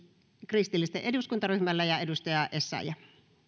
kristillisten eduskuntaryhmällä edustaja essayah